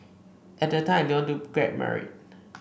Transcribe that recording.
at that time I didn't want to get married